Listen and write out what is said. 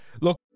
look